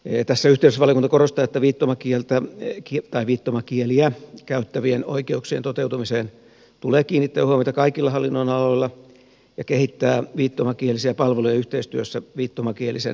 tässä yhteydessä valiokunta korostaa että viittomakieliä käyttävien oikeuksien toteutumiseen tulee kiinnittää huomiota kaikilla hallinnonaloilla ja kehittää viittomakielisiä palveluja yhteistyössä viittomakielisen yhteisön kanssa